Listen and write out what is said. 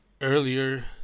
Earlier